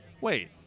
wait